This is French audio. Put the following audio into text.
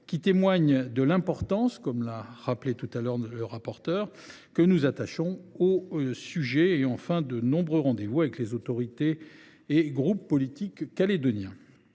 cela témoigne de l’importance, comme l’a rappelé le rapporteur, que nous attachons au sujet –; nombreux rendez vous avec les autorités et les groupes politiques calédoniens.